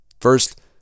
First